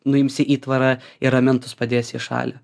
nuimsi įtvarą ir ramentus padėsi į šalį